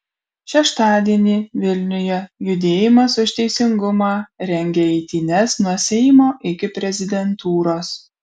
šeštadienį vilniuje judėjimas už teisingumą rengia eitynes nuo seimo iki prezidentūros